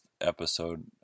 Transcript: episode